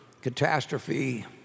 catastrophe